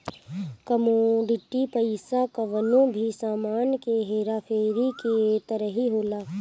commodity पईसा कवनो भी सामान के हेरा फेरी के तरही होला